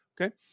Okay